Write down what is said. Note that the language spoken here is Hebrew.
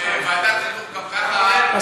ועדת חינוך גם ככה החליטה